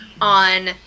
on